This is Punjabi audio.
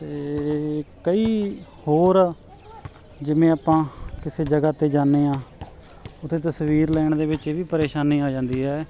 ਤੇ ਕਈ ਹੋਰ ਜਿਵੇਂ ਆਪਾਂ ਕਿਸੇ ਜਗ੍ਹਾ ਤੇ ਜਾਦੇ ਆ ਉਥੇ ਤਸਵੀਰ ਲੈਣ ਦੇ ਵਿੱਚ ਇਹ ਵੀ ਪਰੇਸ਼ਾਨੀ ਆ ਜਾਂਦੀ ਹੈ